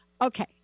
Okay